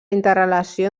interrelació